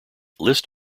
list